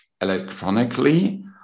electronically